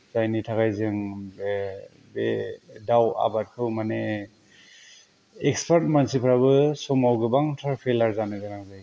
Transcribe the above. जायनि थाखाय जों बे बे दाव आबादफ्राव माने एक्सपार्त मानसिफ्राबो समाव गोबांथार फैलार जानो गोनां जायो